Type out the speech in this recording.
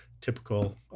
typical